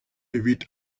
evit